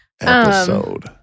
episode